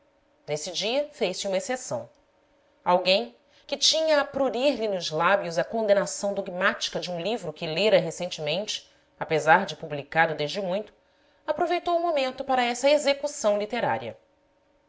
nesse dia fez-se uma exceção alguém que tinha a prurir lhe nos lábios a condenação dogmática de um livro que lera recentemente apesar de publicado desde muito aproveitou o momento para essa execução literária